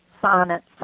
sonnets